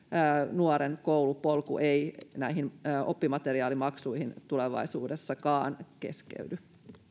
nuoren koulupolku ei näihin oppimateriaalimaksuihin tulevaisuudessakaan keskeydy